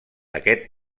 aquest